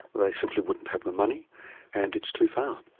they simply wouldn't have the money and it's too far.